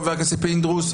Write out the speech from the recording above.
חבר הכנסת פינדרוס,